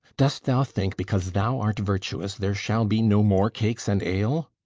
dost thou think, because thou art virtuous, there shall be no more cakes and ale?